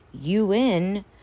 UN